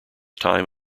time